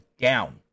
down